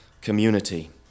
community